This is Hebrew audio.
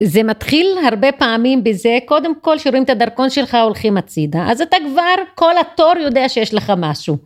זה מתחיל הרבה פעמים בזה קודם כל שרואים את הדרכון שלך הולכים הצידה אז אתה כבר כל התור יודע שיש לך משהו.